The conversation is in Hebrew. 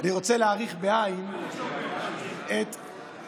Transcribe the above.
להאריך אני לא רוצה,